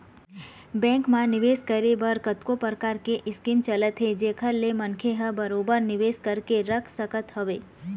bank म निवेस करे बर कतको परकार के स्कीम चलत हे जेखर ले मनखे ह बरोबर निवेश करके रख सकत हवय